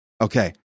Okay